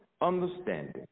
understanding